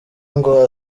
ngo